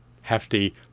hefty